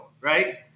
Right